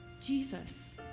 Jesus